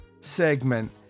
segment